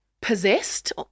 possessed